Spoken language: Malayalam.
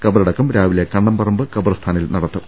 കബറടക്കം രാവിലെ കണ്ണംപറമ്പ് കബർസ്ഥാനിൽ നട ത്തും